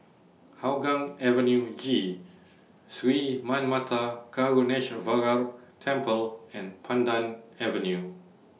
Hougang Avenue G Sri Manmatha Karuneshvarar Temple and Pandan Avenue